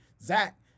Zach